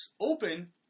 open